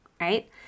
right